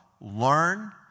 learn